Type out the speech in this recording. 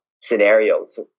scenarios